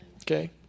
Okay